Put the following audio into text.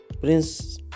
prince